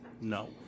No